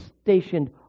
stationed